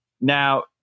Now